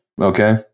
Okay